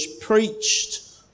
preached